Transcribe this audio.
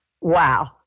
wow